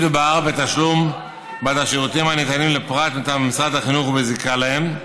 מדובר בתשלום בעד השירותים הניתנים לפרט מטעם משרד החינוך ובזיקה להם,